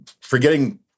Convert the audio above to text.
forgetting